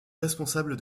responsable